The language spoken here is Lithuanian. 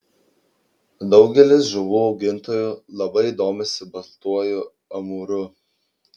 daugelis žuvų augintojų labai domisi baltuoju amūru